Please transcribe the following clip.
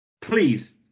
please